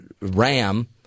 ram